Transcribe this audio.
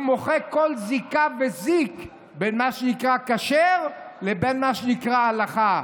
הוא מוחק כל זיקה וזיק בין מה שנקרא כשר לבין מה שנקרא הלכה.